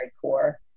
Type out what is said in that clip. core